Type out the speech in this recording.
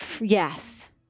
Yes